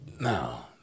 Now